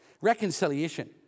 Reconciliation